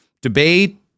debate